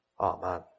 Amen